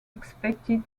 expected